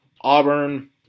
Auburn